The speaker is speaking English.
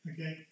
Okay